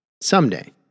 Someday